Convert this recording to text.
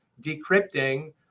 decrypting